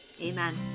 amen